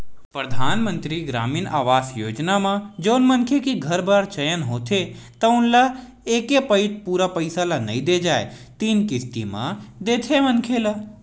परधानमंतरी गरामीन आवास योजना म जउन मनखे के घर बर चयन होथे तउन ल एके पइत पूरा पइसा ल नइ दे जाए तीन किस्ती म देथे मनखे ल